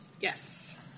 Yes